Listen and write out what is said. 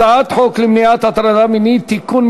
הצעת חוק למניעת הטרדה מינית (תיקון,